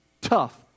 tough